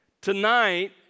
Tonight